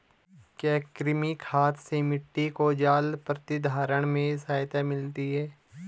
क्या कृमि खाद से मिट्टी को जल प्रतिधारण में सहायता मिलती है?